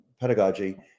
pedagogy